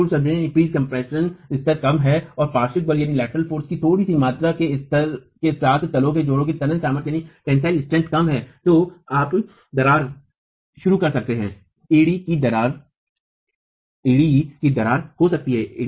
यदि पूर्व संपीड़न स्तर कम है और पार्श्व बल की थोड़ी मात्रा के स्तर के साथ तलों के जोड़ों की तनन सामर्थ्य कम है तो आप दरार शुरू कर सकते हैं एड़ी की दरारें हो सकती हैं